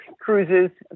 cruises